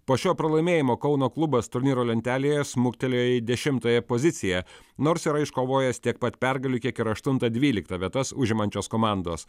po šio pralaimėjimo kauno klubas turnyro lentelėje smuktelėjo į dešimtąją poziciją nors yra iškovojęs tiek pat pergalių kiek ir aštuntą dvyliktą vietas užimančios komandos